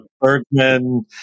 Bergman